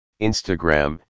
instagram